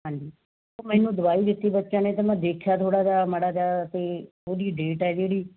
ਹਾਂਜੀ ਉਹ ਮੈਨੂੰ ਦਵਾਈ ਦਿੱਤੀ ਬੱਚਿਆਂ ਨੇ ਤਾਂ ਮੈਂ ਦੇਖਿਆ ਥੋੜ੍ਹਾ ਜਿਹਾ ਮਾੜਾ ਜਿਹਾ ਅਤੇ ਉਹਦੀ ਡੇਟ ਹੈ ਜਿਹੜੀ